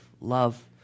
love